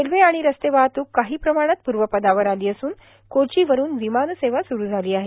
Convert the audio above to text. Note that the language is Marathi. रेल्वे आणि रस्तेवाहतूक काही प्रमाणात प्रर्वपदावर आली असून कोचीवरून विमान सेवा सुरू झाली आहे